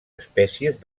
espècies